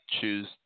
choose